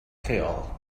lleol